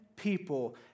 People